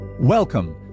Welcome